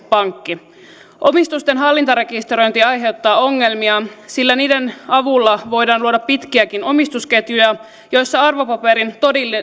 pankki omistusten hallintarekisteröinti aiheuttaa ongelmia sillä niiden avulla voidaan luoda pitkiäkin omistusketjuja joissa arvopaperin